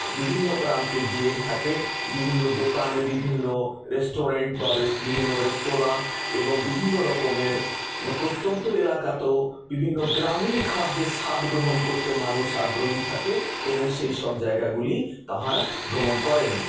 বিভিন্ন প্রান্তে যেয়ে থাকে বিভিন্ন দোকান বিভিন্ন রেস্টুরেন্ট বা বিভিন্ন রেস্তোরা এবং বিভিন্ন রকমের প্রত্যন্ত এলাকাতেও বিভিন্ন গ্রামীণ খাদ্যের স্বাদ গ্রহণ করতে মানুষ আগ্রহী থাকে এবং সেই সব জায়গাগুলি তাহারা ভ্রমণ করেন